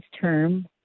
term